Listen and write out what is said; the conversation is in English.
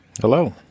Hello